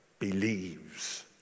believes